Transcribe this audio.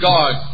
God